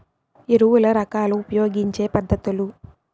ఎరువుల రకాలు ఉపయోగించే పద్ధతులు?